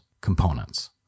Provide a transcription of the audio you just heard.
components